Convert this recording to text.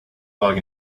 bug